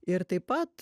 ir taip pat